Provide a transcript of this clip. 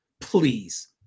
please –